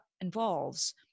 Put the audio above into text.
involves